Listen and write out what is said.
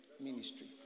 ministry